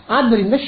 ಆದ್ದರಿಂದ 0